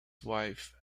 wife